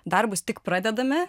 darbus tik pradedame